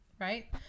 right